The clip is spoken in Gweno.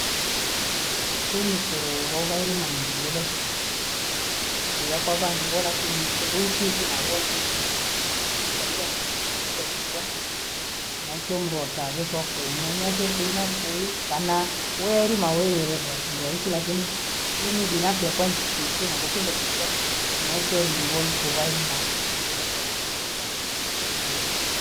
nchini kuvodha ele mainjiele vyeke, ki- ki- kuyaka vandu vona kimsumbui chishi navoi ni- ni- ni- nichi katika nchi shinabhoke kindo kichaa, naikiwa hivyo wakabhoka kumanyati kuhina kuwi kama reli na weile vyasumbua, hichi lakini hivi vinavyo kaa nkichi nchina butige kichaa naikiwa ni mboni kubhai na njile eta kindokichaa abandu bangi.